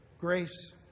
grace